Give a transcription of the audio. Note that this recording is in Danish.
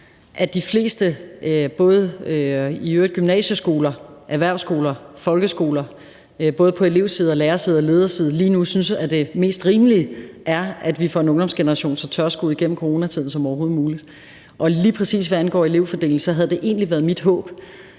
at de fleste i øvrigt både gymnasieskoler, erhvervsskoler og folkeskoler både på elevside og på lærerside og lederside lige nu synes, at det mest rimelige er, at vi får en ungdomsgeneration så tørskoet igennem coronatiden som overhovedet muligt. Og lige præcis hvad angår elevfordeling, havde det egentlig været mit håb,